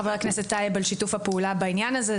חבר הכנסת טייב, על שיתוף הפעולה בעניין הזה.